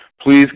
please